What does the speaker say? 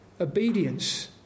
obedience